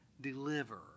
deliver